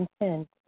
content